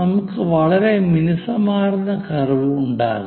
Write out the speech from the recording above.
നമുക്ക് വളരെ മിനുസമാർന്ന കർവ് ഉണ്ടാകും